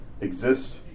exist